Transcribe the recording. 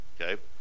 Okay